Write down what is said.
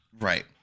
Right